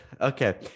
Okay